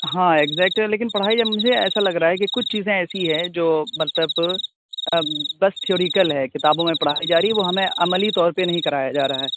ہاں ایگزیکٹ لیکن پڑھائی اب مجھے ایسا لگ رہا ہے کہ کچھ چیزیں ایسی ہے جو مطلب اب بس تھیوریکل ہے کتابوں میں پڑھائی جا رہی ہے وہ ہمیں عملی طور پہ نہیں کرایا جا رہا ہے